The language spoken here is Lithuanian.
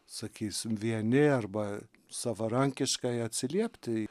sakysim vieni arba savarankiškai atsiliepti